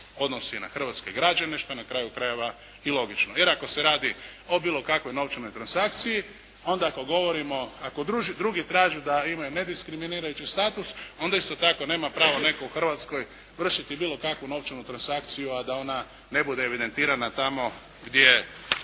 odnosi na hrvatske građane što je na kraju krajeva i logično jer ako se radi o bilo kakvoj novčanoj transakciji onda ako govorimo, ako drugi traže da imaju nediskriminirajući status onda isto tako nema pravo netko u Hrvatskoj vršiti bilo kakvu novčanu transakciju a da ona ne bude evidentirana tamo gdje